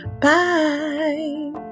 Bye